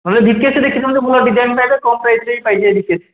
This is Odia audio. ନହେଲେ ଭିକେସି ଦେଖିଦିଅନ୍ତୁ ଭଲ ଡିଜାଇନ୍ ପାଇବେ କମ୍ ପ୍ରାଇସ୍ରେ ବି ପାଇଯିବେ ଭିକେସି